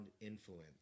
influence